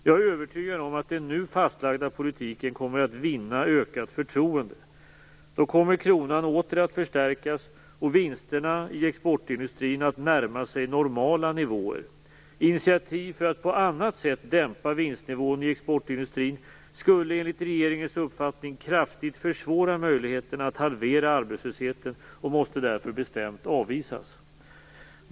Jag är övertygad om att den nu fastlagda politiken kommer att vinna ökat förtroende. Då kommer kronan åter att förstärkas och vinsterna i exportindustrin att närma sig normala nivåer. Initiativ för att på annat sätt dämpa vinstnivån i exportindustrin skulle enligt regeringens uppfattning kraftigt försvåra möjligheterna att halvera arbetslösheten och måste därför bestämt avvisas.